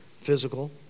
physical